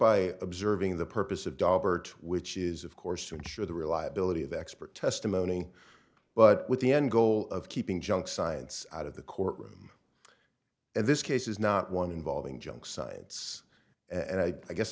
by observing the purpose of dahlberg which is of course to ensure the reliability of expert testimony but with the end goal of keeping junk science out of the courtroom and this case is not one involving junk science and i guess